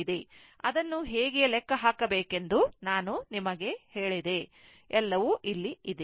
ಅದನ್ನು ಹೇಗೆ ಲೆಕ್ಕ ಹಾಕಬೇಕೆಂದು ನಾನು ನಿಮಗೆ ಹೇಳಿದೆ ಎಲ್ಲವೂ ಇಲ್ಲಿದೆ